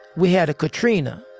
we had a katrina.